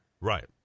Right